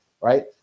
right